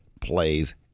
plays